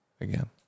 Again